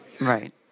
Right